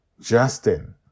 Justin